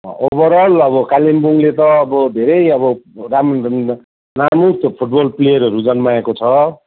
अँ ओभरअल अब कालिम्पोङले त अब धेरै अब नामी त्यो फुटबल प्लेयरहरू जन्माएको छ